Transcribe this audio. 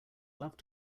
loved